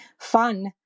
fun